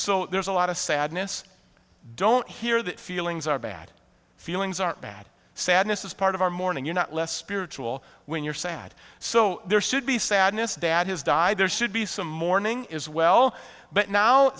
so there's a lot of sadness don't hear that feelings are bad feelings are bad sadness is part of our mourning you're not less spiritual when you're sad so there should be sadness dad has died there should be some mourning is well but now